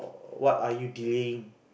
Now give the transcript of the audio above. or what are you delaying